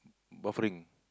buffering